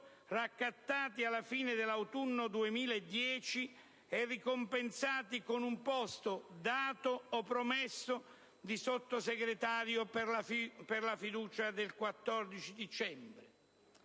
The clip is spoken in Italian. raccattati alla fine dell'autunno del 2010 e ricompensati con un posto, dato o promesso, di Sottosegretario, per la fiducia del 14 dicembre